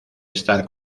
estar